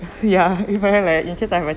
ya if I have like in case I